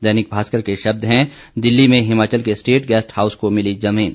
दैनिक भास्कर के शब्द हैं दिल्ली में हिमाचल के स्टेट गेस्ट हाउस को मिली जमीन